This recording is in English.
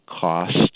cost